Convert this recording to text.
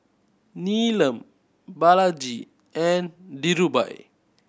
Neelam Balaji and Dhirubhai